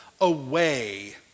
away